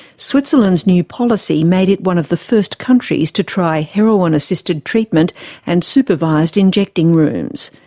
switzerland's new policy made it one of the first countries to try heroin-assisted treatment and supervised injecting rooms.